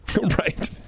Right